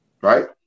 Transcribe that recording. Right